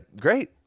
great